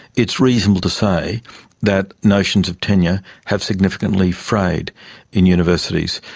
it's reasonable to say that notions of tenure have significantly frayed in universities.